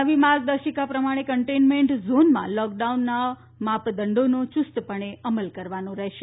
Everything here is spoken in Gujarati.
નવી માર્ગદર્શિકા પ્રમાણે કન્ટેઈમેન્ટ ઝોનમાં લોકડાઉનના માપદંડોનો યૂસ્તપણે અમલ કરવાનો રહેશે